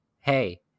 hey